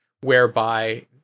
whereby